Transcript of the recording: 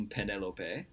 Penelope